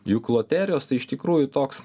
juk loterijos tai iš tikrųjų toks